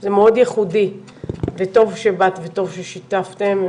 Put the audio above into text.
זה מאוד ייחודי וטוב שבאת וטוב ששיתפתן,